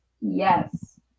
Yes